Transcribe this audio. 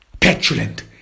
petulant